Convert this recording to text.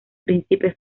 príncipe